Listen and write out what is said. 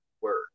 work